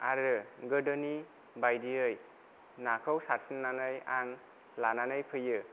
आरो गोदोनि बायदियै नाखौ सारसिन्नानै आं लानानै फैयो